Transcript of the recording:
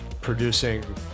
producing